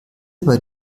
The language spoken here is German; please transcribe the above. bei